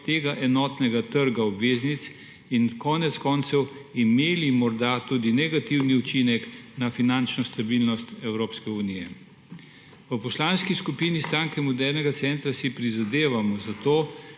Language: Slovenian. tega enotnega trga obveznic in konec koncev imeli morda tudi negativni učinek na finančno stabilnost Evropske unije. V Poslanski skupini Stranke modernega centra si prizadevamo za to,